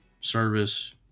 service